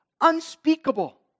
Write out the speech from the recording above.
unspeakable